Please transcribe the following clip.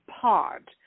pod